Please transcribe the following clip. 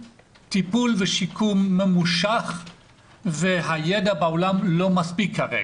טיפול ושיקום ממושך והידע בעולם לא מספיק כרגע,